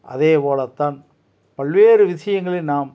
அதேபோலத்தான் பல்வேறு விஷயங்களை நாம்